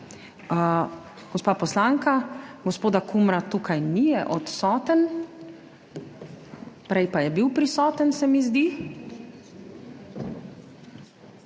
Gospa poslanka, gospoda Kumra ni tukaj, je odsoten, prej pa je bil prisoten, se mi zdi.